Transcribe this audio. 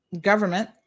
Government